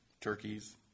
turkeys